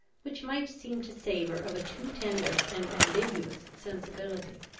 which might seem to savour of a too tender and ambiguous sensibility.